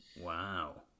Wow